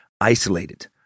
isolated